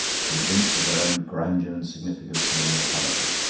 convinced of their own grandeur and significance and immortality,